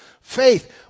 faith